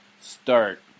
start